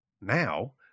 Now